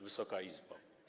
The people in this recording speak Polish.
Wysoka Izbo!